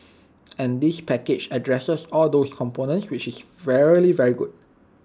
and this package addresses all those components which is very very good